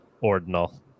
ordinal